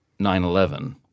9-11